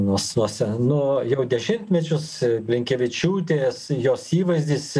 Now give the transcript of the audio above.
nuos nuos nu jau dešimtmečius blinkevičiūtės jos įvaizdis